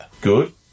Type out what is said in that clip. Good